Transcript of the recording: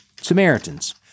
Samaritans